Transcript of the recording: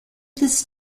this